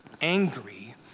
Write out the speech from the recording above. angry